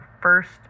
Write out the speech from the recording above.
first